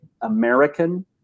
American